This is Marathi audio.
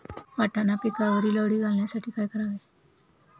वाटाणा पिकावरील अळी घालवण्यासाठी काय करावे?